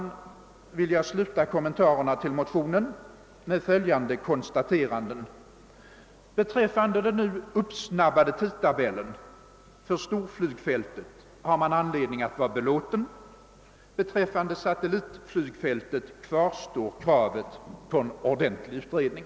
Jag vill sluta kommentarerna till motionen med följande konstateranden: Beträffande den nu uppsnabbade tidtabellen för storflygfältet har man anledning att vara belåten. Beträffande satellitflygfältet kvarstår kravet på en ordentlig utredning.